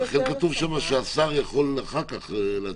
כתוב שם השר יכול אחר כך להתקין.